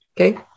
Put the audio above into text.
Okay